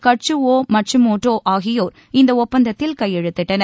Katsuo Matsumoto ஆகியோர் இந்த ஒப்பந்தத்தில் கையெழுத்திட்டனர்